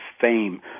Fame